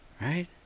right